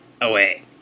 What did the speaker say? away